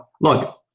look